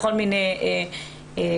בכל מיני כיוונים.